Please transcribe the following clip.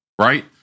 right